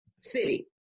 city